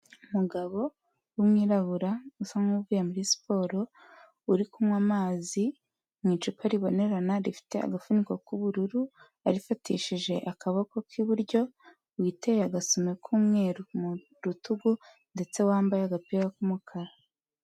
Umugabo w'umwirabura usa n'uvuye muri siporo uri kunywa amazi mu icupa ribonerana rifite agafuniko k'ubururu, arifatishije akaboko k'iburyo witeye agasume k'umweru mu rutugu ndetse wambaye agapira k'umukara.